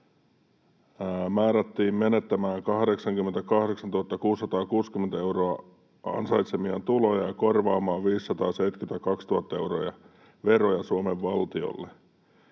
Määrättiin menettämään 88 660 euroa ansaitsemiaan tuloja ja korvaamaan 572 000 euroa veroja Suomen valtiolle.